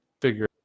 figure